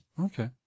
Okay